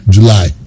July